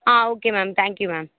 ah okay ma'am thank you ma'am